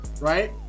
right